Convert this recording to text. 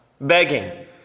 begging